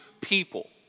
people